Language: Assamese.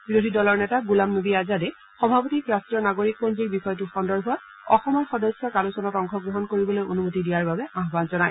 বিৰোধী দলৰ নেতা গোলামনবী আজাদে সভাপতিক ৰাষ্ট্ৰীয় নাগৰিক পঞ্জীৰ বিষয়টোৰ সন্দৰ্ভত অসমৰ সদস্যক আলোচনাত অংশগ্ৰহণ কৰিবলৈ অনুমতি দিয়াৰ বাবে আহ্বান জনায়